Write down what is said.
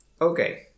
Okay